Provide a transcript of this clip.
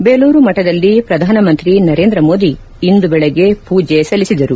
ಬೇಲೂರು ಮಠದಲ್ಲಿ ಪ್ರಧಾನಮಂತ್ರಿ ನರೇಂದ್ರ ಮೋದಿ ಇಂದು ಬೆಳಗ್ಗೆ ಪೂಜೆ ಸಲ್ಲಿಸಿದರು